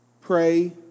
Pray